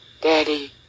Daddy